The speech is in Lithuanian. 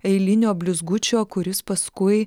eilinio blizgučio kuris paskui